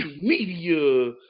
media